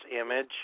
image